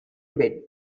bed